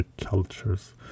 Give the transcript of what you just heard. cultures